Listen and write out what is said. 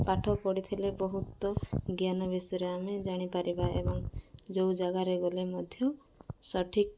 ପାଠ ପଢ଼ିଥିଲେ ବହୁତ ଜ୍ଞାନ ବିଷୟରେ ଆମେ ଜାଣିପାରିବା ଏବଂ ଯେଉଁ ଜାଗାରେ ଗଲେ ମଧ୍ୟ ସଠିକ୍